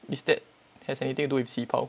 is that has anything to do with 喜袍